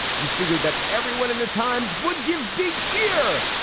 you figured that everyone in the times would give big cheer.